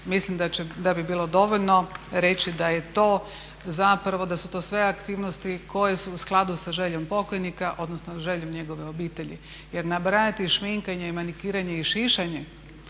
mislim da bi bilo dovoljno reći da je to zapravo da su to sve aktivnosti koje su u skladu sa željom pokojnika odnosno željom njegove obitelji. Jer nabrajati šminkanje, manikiranje i šišanje